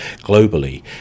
globally